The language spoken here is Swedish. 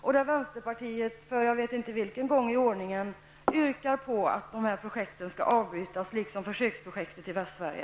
Jag vet inte hur många gånger vi i vänsterpartiet har yrkat att dessa projekt skall avbrytas. Det gäller också försöksprojektet i Västsverige.